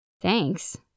Thanks